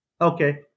Okay